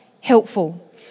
helpful